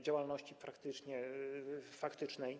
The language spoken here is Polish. działalności faktycznej.